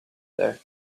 there